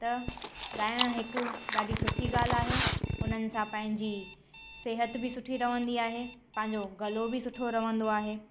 त ॻाइणु हिकु ॾाढी सुठी ॻाल्हि आहे उन्हनि सां पंहिंजी सिहत बि सुठी रहंदी आहे पंहिंजो गलो बि सुठो रहंदो आहे